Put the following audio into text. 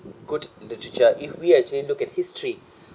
good literature if we actually look at history